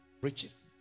riches